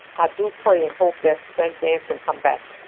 ah do pray and hope that st. james can come back